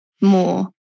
more